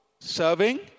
serving